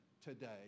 today